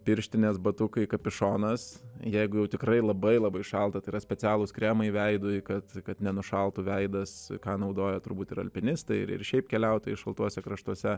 pirštinės batukai kapitonas jeigu jau tikrai labai labai šalta tai yra specialūs kremai veidui kad kad nenušaltų veidas ką naudoja turbūt ir alpinistai ir šiaip keliautojai šaltuose kraštuose